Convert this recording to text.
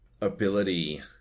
Ability